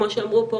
כמו שאמרו פה,